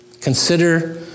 Consider